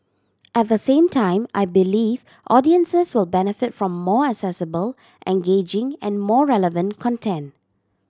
at the same time I believe audiences will benefit from more accessible engaging and more relevant content